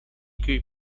grip